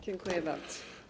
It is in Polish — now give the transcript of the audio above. Dziękuję bardzo.